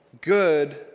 good